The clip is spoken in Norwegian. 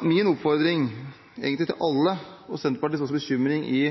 Min oppfordring, som egentlig går til alle, og Senterpartiets bekymring i